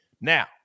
Now